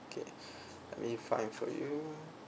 okay let me find for you